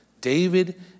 David